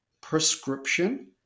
prescription